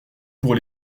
pour